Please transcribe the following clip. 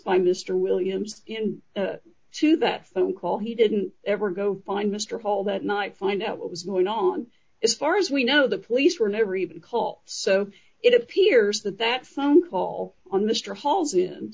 by mr williams and to that phone call he didn't ever go find mr hall that night find out what was going on as far as we know the police were never even call so it appears that that phone call on mr hall's in